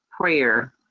prayer